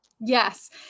Yes